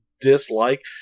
dislike